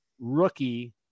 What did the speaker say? rookie